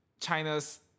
China's